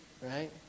Right